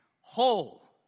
whole